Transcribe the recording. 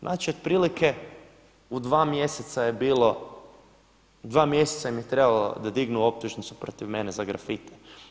Znači otprilike u dva mjeseca je bilo, dva mjeseca im je trebalo da dignu optužnicu protiv mene za grafite.